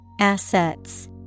Assets